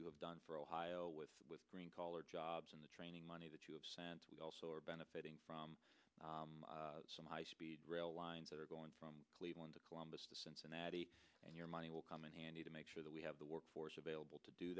you have done for ohio with green collar jobs in the training money that you have also are benefiting from some high speed rail lines that are going from cleveland to columbus to cincinnati and your money will come in handy to make sure that we have the workforce available to do